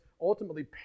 ultimately